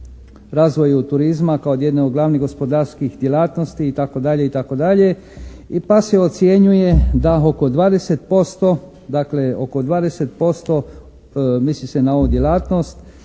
razvoju turizma kao jedne od glavnih gospodarskih djelatnosti itd. itd. pa se ocjenjuje da oko 20%, dakle oko 20% misli se na ovu djelatnost